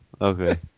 okay